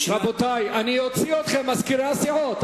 אני אוציא אתכם, מזכירי הסיעות.